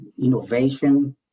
innovation